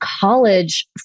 college